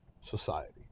society